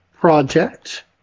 project